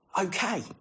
okay